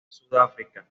sudáfrica